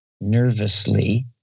nervously